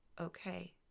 okay